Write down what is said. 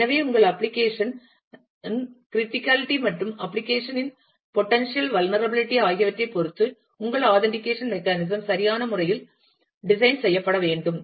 எனவே உங்கள் அப்ளிகேஷன் இன் கிரிட்டிகாலடி மற்றும் அப்ளிகேஷன் இன் பொட்டன்ஷியல் வல்நரபிளிட்டி ஆகியவற்றைப் பொறுத்து உங்கள் ஆதன்டிக்கேஷன் மெக்கானிசம் சரியான முறையில் டிசைன் செய்யப்பட வேண்டும்